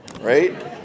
right